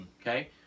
Okay